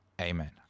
Amen